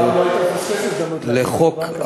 לחוק,